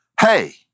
Hey